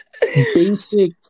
basic